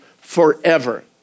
forever